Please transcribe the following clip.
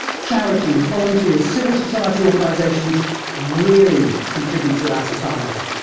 charities, volunteers, civil society organizations really contribute to our society.